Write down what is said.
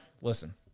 listen